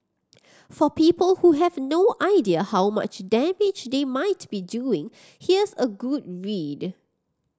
for people who have no idea how much damage they might be doing here's a good read